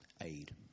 aid